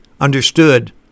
understood